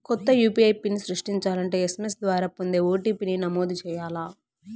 కొత్త UPI PIN సృష్టించాలంటే SMS ద్వారా పొందే ఓ.టి.పి.ని నమోదు చేయాల్ల